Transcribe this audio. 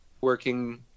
working